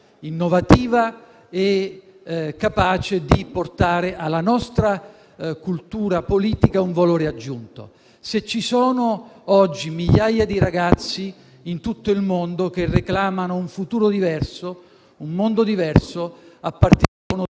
innovativa e capace di portare alla nostra cultura politica un valore aggiunto. Se ci sono oggi migliaia di ragazzi in tutto il mondo che reclamano un futuro diverso, un mondo diverso, a partire da uno